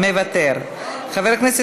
מוותר,